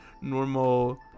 normal